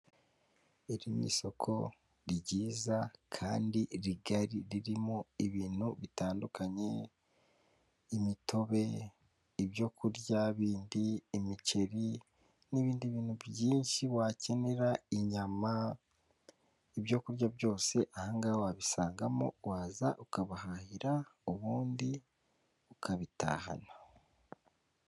Iri ni isoko ryiza kandi rigari ririmo ibintu bitandukanye imitobe, ibyokurya bindi imiceri n'ibindi bintu byinshi wakenera inyama ibyokurya byose ahanga wabisangamo waza ukabahahira ubundi ukabitahana.